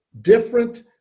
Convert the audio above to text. different